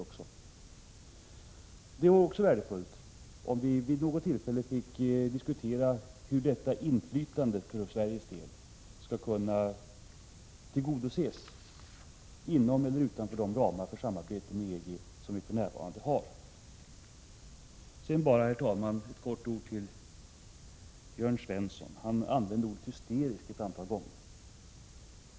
Det vore värdefullt att diskutera hur detta inflytande för Sveriges del skall kunna tillgodoses, inom eller utanför de ramar för samarbete med EG som vi för närvarande har. Herr talman! Jag vill också kort säga några ord till Jörn Svensson. Han använde ordet hysterisk ett antal gånger.